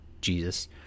Jesus